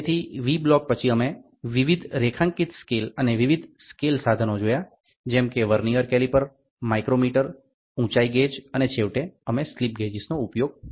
તેથી V block પછી અમે વિવિધ રેખાંકિત સ્કેલ અને વિવિધ સ્કેલ સાધનો જોયા જેમ કે વર્નીઅર કેલિપર માઇક્રોમીટર ઉચાઈ ગેજ અને છેવટે અમે સ્લિપ ગેજીસનો ઉપયોગ જોયો